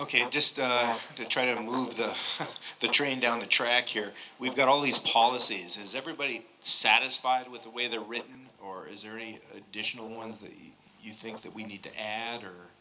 ok just to try to move the train down the track here we've got all these policies is everybody satisfied with the way they're written or is there any additional one that you think that we need to add or